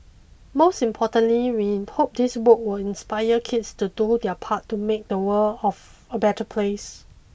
most importantly we hope this book will inspire kids to do their part to make the world of a better place